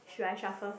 should I shuffle first